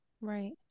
Right